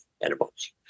animals